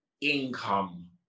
income